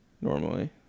Normally